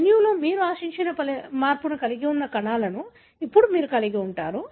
జన్యువులో మీరు ఆశించిన మార్పును కలిగి ఉన్న అన్ని కణాలను ఇప్పుడు మీరు కలిగి ఉంటారు